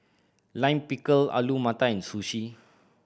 Lime Pickle Alu Matar and Sushi